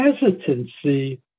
hesitancy